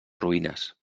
ruïnes